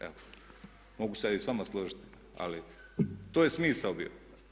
Evo, mogu se ja i s vama složiti, ali to je smisao bio.